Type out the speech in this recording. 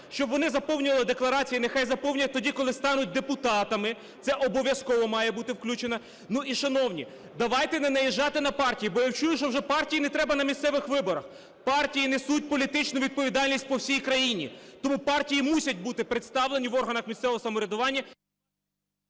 щоб вони заповнювали декларації, нехай заповнюють тоді, коли стануть депутатами. Це обов'язково має бути включено. Ну і, шановні, давайте не наїжджати на партії, бо я чую, що вже партії не треба на місцевих виборах. Партії несуть політичну відповідальність по всій країні, тому партії мусять бути представлені в органах місцевого самоврядування…